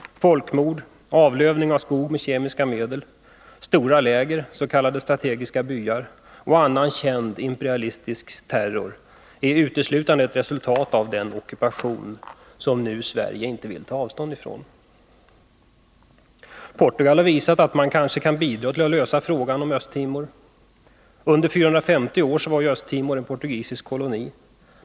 Folkmord, avlövning av skog med kemiska medel, stora läger, s.k. strategiska byar och annan känd imperialistisk terror är uteslutande ett resultat av den ockupation som Sverige nu inte vill ta avstånd ifrån. Portugal har visat att man kanske kan bidra till att lösa frågan om Östtimor. Under 450 år var ju Östtimor en portugisisk koloni.